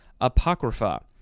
Apocrypha